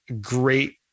great